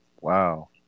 Wow